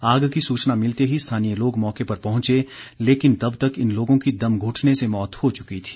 आग की सूचना मिलते ही स्थानीय लोग मौके पर पहंचे लेकिन तब तक इन लोगों की दम घुटने से मौत हो चुकी थी